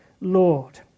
Lord